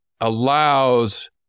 allows